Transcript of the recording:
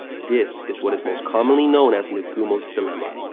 this is what is most commonly known as nagumo's dilemma.